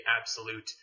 absolute